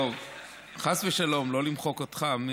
חס ושלום, לא למחוק אותך.